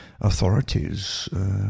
Authorities